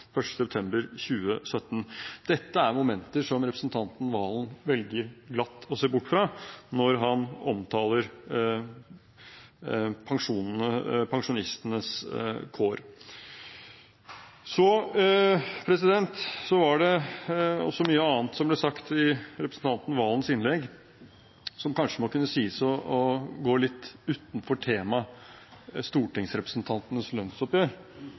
1. september 2017. Dette er momenter som representanten Valen velger glatt å se bort fra når han omtaler pensjonistenes kår. Det var også mye annet som ble sagt i representanten Valens innlegg som kanskje må kunne sies å gå litt utenfor tema – stortingsrepresentantenes lønnsoppgjør.